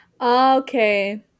Okay